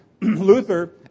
Luther